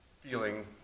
feeling